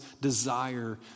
desire